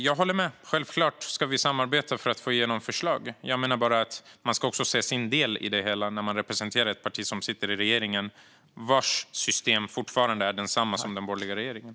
Jag håller med; vi ska självklart samarbeta för att få igenom förslag. Jag menar bara att man ska se sin del i det hela när man representerar ett parti som sitter i regeringen, vars system fortfarande är detsamma som den borgerliga regeringens.